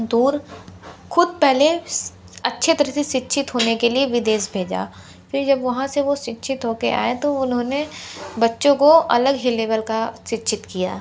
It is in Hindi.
दूर ख़ुद पहले अच्छे तरह से शिक्षित होने के लिए विदेश भेजा फिर जब वहाँ से वो शिक्षित होकर आए तो उन्होंने बच्चों को अलग ही लेवल का शिक्षित किया